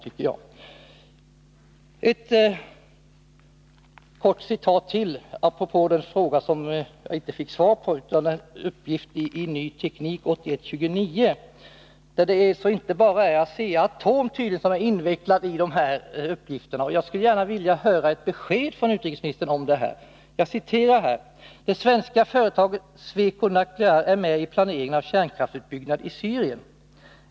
Jag vill anföra ytterligare ett citat, apropå den fråga som jag inte fick svar på. Det är tydligen inte bara Asea-Atom som är invecklat i det här, och jag skulle gärna vilja få ett besked från utrikesministern om detta. Jag citerar ur Ny Teknik nr 29 år 1981: ”Det svenska företaget Sweconuclear är med i planeringen av kärnkraftsutbyggnad i Syrien.